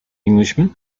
englishman